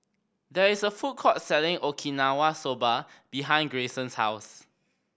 there is a food court selling Okinawa Soba behind Grayson's house